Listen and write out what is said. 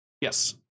Yes